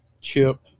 Chip